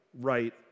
right